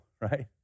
right